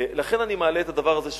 לכן אני מעלה את הדבר הזה שוב.